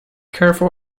careful